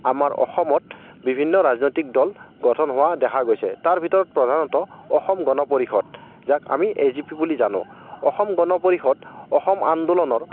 আমাৰ অসমত বিভিন্ন ৰাজনৈতিক দল গঠন হোৱা দেখা গৈছে তাৰ ভিতৰত প্ৰধানত অসম গণ পৰিষদ যাক আমি এ জি পি বুলি জানোঁ অসম গণ পৰিষদ অসম আন্দোলনৰ